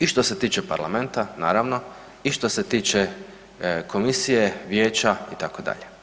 I što se tiče Parlamenta, naravno i što se tiče Komisije, Vijeća, itd.